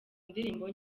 ndirimbo